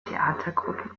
theatergruppe